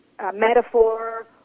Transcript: metaphor